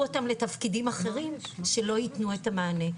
אותם לתפקידים אחרים שלא יתנו את המענה.